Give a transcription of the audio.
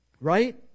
Right